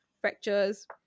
fractures